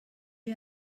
you